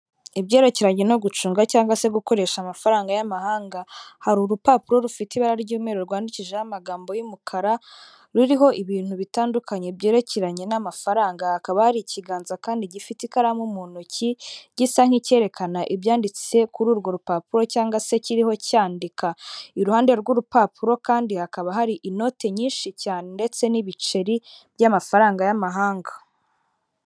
Ibyerekeranye no gucunga cyangwa se gukoresha amafaranga y'amahanga, hari urupapuro rufite ibara ry'umweru rwandikishijeho amagambo y'umukara, ruriho ibintu bitandukanye byerekeranye n'amafaranga, hakaba hari ikiganza kandi gifite ikaramu mu ntoki gisa nk'icyerekana ibyanditse kuri urwo rupapuro cyangwa se kiriho cyandika, iruhande rw'urupapuro kandi hakaba hari inoti nyinshi cyane ndetse n'ibiceri by'amafaranga y'amahanga.